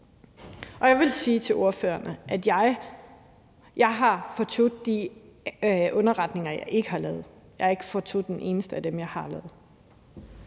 og jeg vil sige til ordførerne, at jeg har fortrudt de underretninger, jeg ikke har lavet. Jeg har ikke fortrudt en eneste af dem, jeg har lavet.